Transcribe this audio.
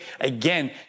again